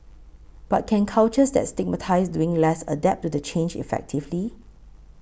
but can cultures that stigmatise doing less adapt to the change effectively